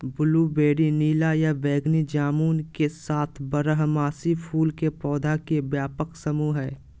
blueberry नीला या बैगनी जामुन के साथ बारहमासी फूल के पौधा के व्यापक समूह हई